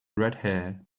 redhair